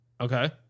Okay